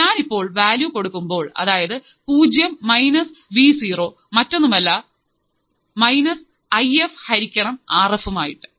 ഞാനിപ്പോൾ വാല്യൂ കൊടുക്കുമ്പോൾ അതായത് പൂജ്യം മൈനസ് വി സീറോ മറ്റൊന്നുമല്ല മൈനസ് ഐ എഫ് ഗുണിക്കണം ആർ എഫ്